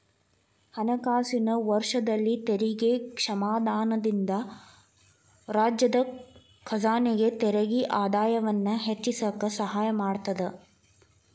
ಹಣಕಾಸಿನ ವರ್ಷದಲ್ಲಿ ತೆರಿಗೆ ಕ್ಷಮಾದಾನದಿಂದ ರಾಜ್ಯದ ಖಜಾನೆಗೆ ತೆರಿಗೆ ಆದಾಯವನ್ನ ಹೆಚ್ಚಿಸಕ ಸಹಾಯ ಮಾಡತದ